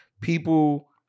people